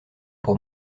pour